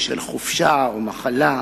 בשל חופשה או מחלה,